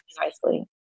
Nicely